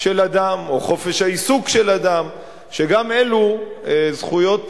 של אדם, או חופש העיסוק של אדם, שגם אלו זכויות